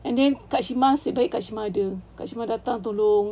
and then kak shima nasib kak shima ada kak shima datang tolong